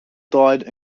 died